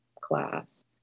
class